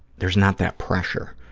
there's not that pressure.